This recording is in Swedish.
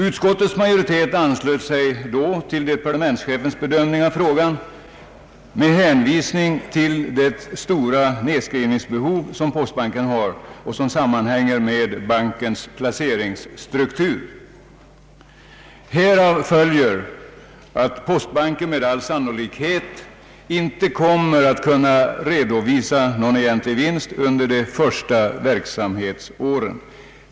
Utskottets majoritet anslöt sig då till departementschefens bedömning av frågan med hänvisning till det stora nedskrivningsbehov som postbanken har och som sammanhänger med bankens placeringsstruktur. Härav följer att postbanken med all sannolikhet inte kommer att kunna redovisa någon egentlig vinst under de första verksamhetsåren.